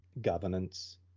governance